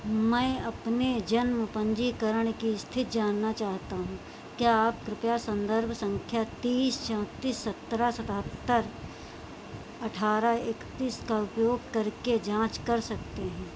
मैं अपने जन्म पंजीकरण की स्थिति जानना चाहता हूँ क्या आप कृपया संदर्भ संख्या तीस चौंतीस सत्रह सतहत्तर अट्ठारह एकतीस का उपयोग करके जाँच कर सकते हैं